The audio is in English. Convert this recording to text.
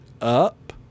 up